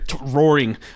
roaring